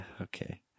okay